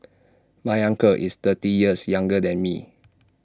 my uncle is thirty years younger than me